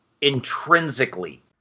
intrinsically